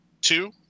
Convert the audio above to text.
two